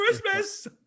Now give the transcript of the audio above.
Christmas